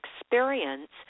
experience